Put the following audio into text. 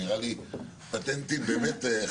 זה נראה לי פטנטים באמת חדשים.